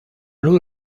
luz